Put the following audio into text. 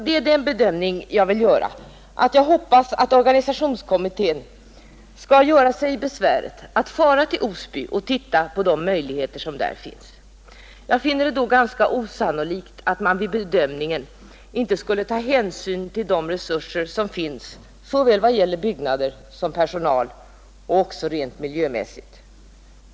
Det är den bedömning jag vill göra. Jag hoppas att organisationskommittén skall göra sig besväret att fara till Osby och se på de möjligheter som där föreligger. Jag finner det ganska osannolikt att man vid bedömningen inte skulle ta hänsyn till de resurser sora finns såväl i fråga om byggnader och personal som rent miljömässigt.